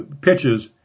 pitches